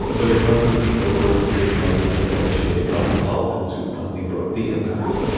but it wasn't the liberal freedom-loving over-educated cosmopolitans who finally broke the impasse.